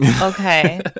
okay